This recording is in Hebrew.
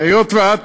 היות שאת